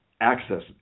Access